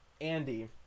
andy